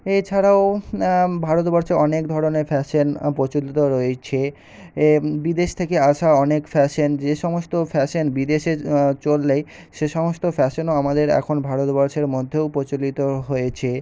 এছাড়াও ভারতবর্ষে অনেক ধরনের ফ্যাশন প্রচলিত রয়েছে এ বিদেশ থেকে আসা অনেক ফ্যাশন যে সমস্ত ফ্যাশন বিদেশে চললেই সে সমস্ত ফ্যাশনও আমাদের এখন ভারতবর্ষের মধ্যেও প্রচলিত হয়েছে